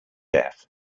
deaf